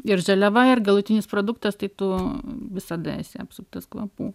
ir žaliava ir galutinis produktas tai tu visada esi apsuptas kvapų